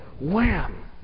wham